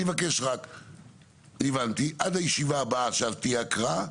אני מבקש רק, הבנתי, עד השיבה הבאה שתהיה הקראה,